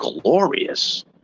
glorious